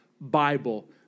Bible